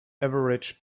average